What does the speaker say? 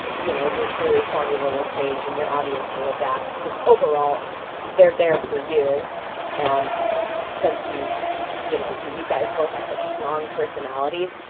you know, your your formula will change and your audience will adapt because overall they're there for you and since, you know, you you guys both have such strong personalities,